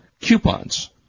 coupons